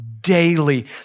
daily